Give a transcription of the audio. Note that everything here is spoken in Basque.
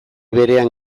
berean